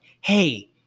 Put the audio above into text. Hey